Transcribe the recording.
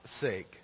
sake